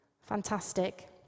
Fantastic